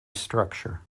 structure